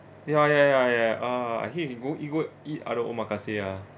ya ya ya ya ah I heard you go you go and eat other omakase ah